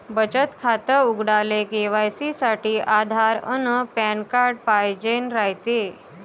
बचत खातं उघडाले के.वाय.सी साठी आधार अन पॅन कार्ड पाइजेन रायते